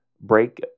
break